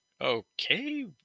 Okay